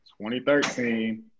2013